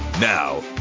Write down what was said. Now